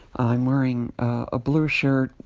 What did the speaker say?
i'm wearing a blue shirt,